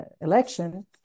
election